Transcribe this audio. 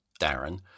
Darren